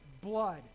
blood